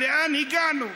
לאן הגענו.